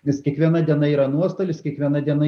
nes kiekviena diena yra nuostolis kiekviena diena